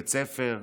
לבית ספר,